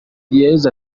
yezu